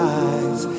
eyes